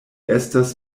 estas